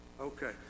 Okay